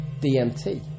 DMT